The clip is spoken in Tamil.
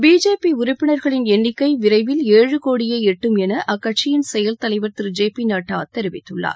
பிஜேபி உறப்பினர்களின் எண்ணிக்கை விரைவில் ஏழு கோடியை எட்டும் என அக்கட்சியின் செயல் தலைவர் திரு ஜே பி நட்டா தெரிவித்துள்ளார்